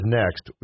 next